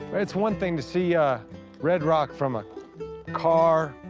it's one thing to see ah red rock from a car,